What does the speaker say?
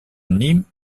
nîmes